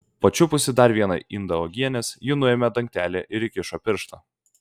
pačiupusi dar vieną indą uogienės ji nuėmė dangtelį ir įkišo pirštą